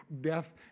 death